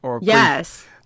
Yes